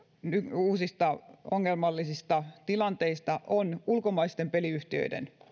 uusista ongelmallisista tilanteista on ulkomaisten peliyhtiöiden